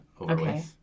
Okay